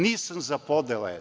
Nisam za podele.